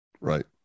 Right